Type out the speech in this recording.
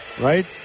right